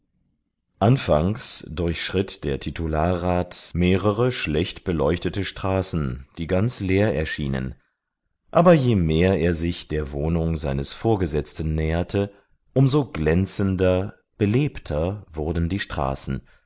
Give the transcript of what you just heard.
anfangs durchschritt der titularrat mehrere schlecht beleuchtete straßen die ganz leer erschienen aber je mehr er sich der wohnung seines vorgesetzten näherte um so glänzender belebter wurden die straßen